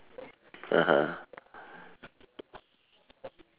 (uh huh)